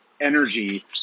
energy